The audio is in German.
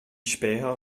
späher